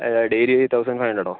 ഏതാ daily thousand five ഹണ്ട്രഡോ